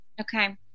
Okay